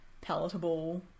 palatable